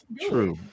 true